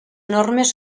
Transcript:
normes